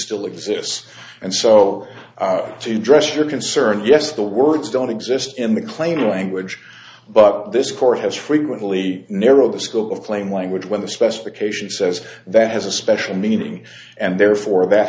still exists and so to address your concerns yes the words don't exist in mclean language but this court has frequently narrow the scope of plain language when the specification says that has a special meaning and therefore that